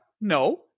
No